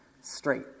straight